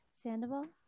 Sandoval